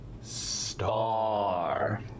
Star